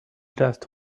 just